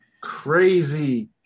Crazy